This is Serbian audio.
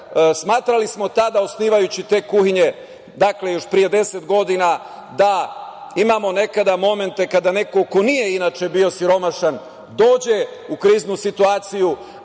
spisak. Smatrali smo tada, osnivajući te kuhinje, još pre 10 godina, da imamo nekada momente kada neko ko inače nije bio siromašan dođe u kriznu situaciju,